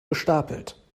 gestapelt